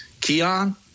Keon